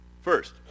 First